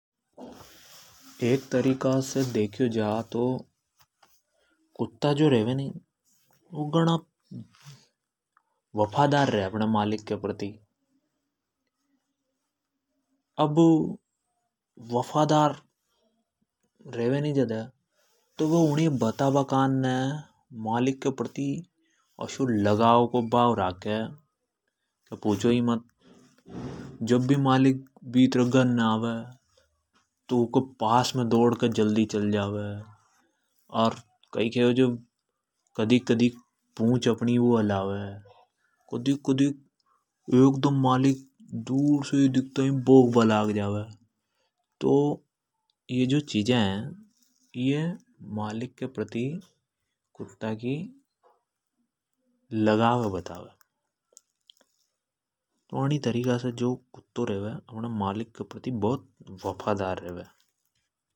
एक तरीका से देख्यो जा तो कुत्ता जो रे वे घणा वफादर रे अपणे मालिक के प्रति। अब वफादर रेवे नि झदे उणी ए बता बा कानने अब मालिक के प्रति अस्यो लगाव को भाव राखे के पूछो ही मत। जद भी मालिक भितरे घर ने आवे तो ऊँके पास में जल्दी दोड के चल जावे। और कई कहवे जे कदीक कदीक पूछ अपनी हलावे। कदीक कदीक एकदम मालिक दूर से ही दिखता ही भोक बा लाग जावे। तो यह जो चिजा है मालिक के प्रति कुत्ता का लगाव अ बतावे। तो अणी तरीका से जो कुत्तो रेवे वो अपना मालिक के प्रति बहुत वफादर रेवे।